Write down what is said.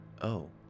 Oh